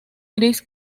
gris